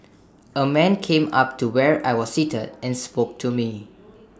A man came up to where I was seated and spoke to me